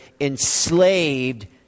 enslaved